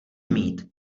mít